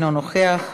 אינו נוכח,